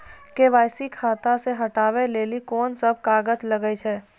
KYC खाता से हटाबै लेली कोंन सब कागज लगे छै?